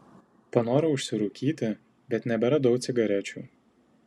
panorau užsirūkyti bet neberadau cigarečių